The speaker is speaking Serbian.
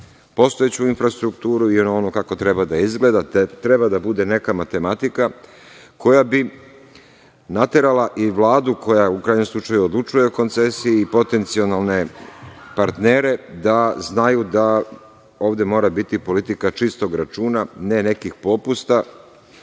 postojeću infrastrukturu i na ono kako treba da izgleda treba da bude neka matematika koja naterala i Vladu koja u krajnjem slučaju odlučuje o koncesiji, potencijalne partnere, da znaju da ovde mora biti politika čistog računa, ne nekih popusta.